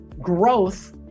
growth